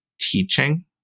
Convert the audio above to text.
teaching